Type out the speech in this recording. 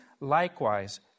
likewise